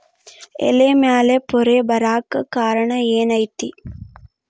ಎಲೆ ಮ್ಯಾಲ್ ಪೊರೆ ಬರಾಕ್ ಕಾರಣ ಏನು ಐತಿ?